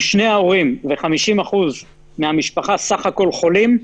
אם שני ההורים ו-50% מהמשפחה כולה חולים,